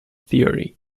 theory